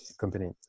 company